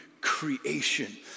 creation